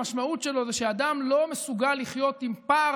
המשמעות שלו היא שאדם לא מסוגל לחיות עם פער